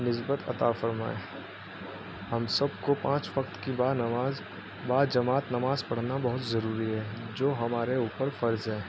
نسبت عطا فرمائے ہم سب کو پانچ وقت کی بع نماز بع جماع نماز پڑھنا بہت ضروری ہے جو ہمارے اوپر فرض ہے